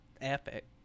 Epic